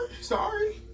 Sorry